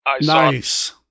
Nice